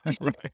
Right